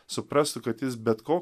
suprastų kad jis bet ko